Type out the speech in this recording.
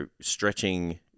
stretching